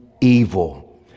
evil